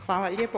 Hvala lijepo.